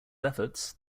efforts